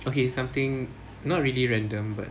okay something not really random but